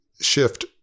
shift